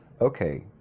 Okay